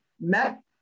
met